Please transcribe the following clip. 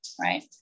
right